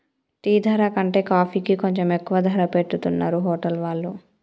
tea ధర కంటే కాఫీకి కొంచెం ఎక్కువ ధర పెట్టుతున్నరు హోటల్ వాళ్ళు